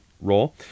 role